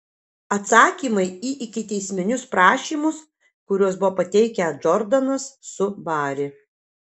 atsakymai į ikiteisminius prašymus kuriuos buvo pateikę džordanas su bari